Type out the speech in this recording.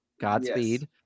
Godspeed